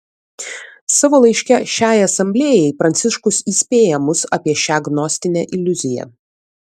savo laiške šiai asamblėjai pranciškus įspėja mus apie šią gnostinę iliuziją